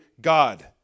God